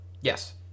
yes